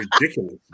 ridiculous